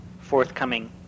forthcoming